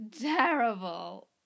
terrible